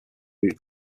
route